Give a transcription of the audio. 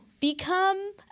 Become